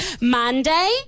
Monday